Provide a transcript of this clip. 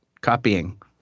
copying